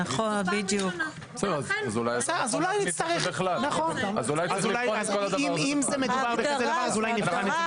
אם מדובר --- אז אולי נפתח את זה מחדש.